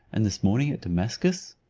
and this morning at damascus?